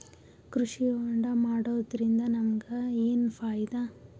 ಕೃಷಿ ಹೋಂಡಾ ಮಾಡೋದ್ರಿಂದ ನಮಗ ಏನ್ ಫಾಯಿದಾ?